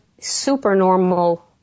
supernormal